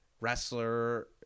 wrestler